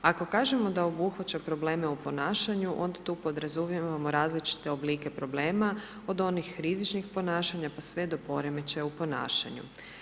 Ako kažemo da obuhvaća probleme u ponašanju onda tu podrazumijevamo različite oblike problema od onih rizičnih ponašanja pa sve do poremećaja u ponašanju.